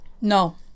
No